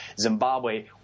Zimbabwe